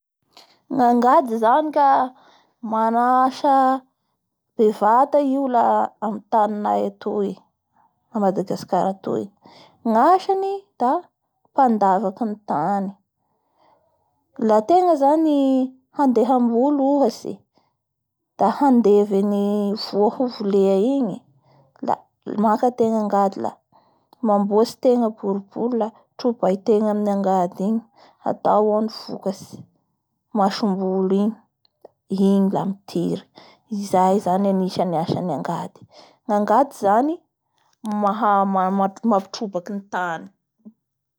Lafa hangady tany zany da alay i angady igny da angadia ny tany ze tianao na hatao boribry na hatao lavalava.